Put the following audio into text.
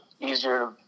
easier